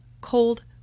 cold